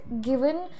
given